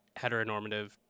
heteronormative